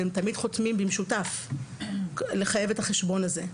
והם תמיד חותמים במשותף בכדי לחייב את החשבון הזה.